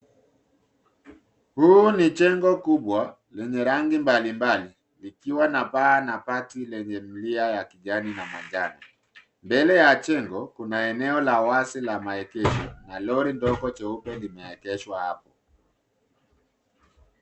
Huu ni jengo kubwa, lenye rangi mbalimbali, vikiwa na paa na bati lenye zulia ya kijani na manjano. Mbele ya jengo, kuna eneo la wazi la maegesho na lori ndogo jeupe limeegeshwa hapo.